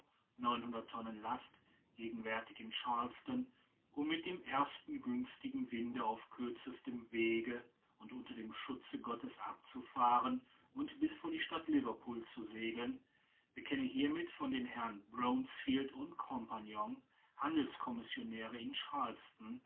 neunhundert tonnen last gegenwärtig in charleston um mit dem ersten günstigen winde auf kürzestem wege und unter dem schutze gottes abzufahren und bis vor die stadt liverpool zu segeln bekenne hiermit von den herren bronsfield u co handelscommissionären in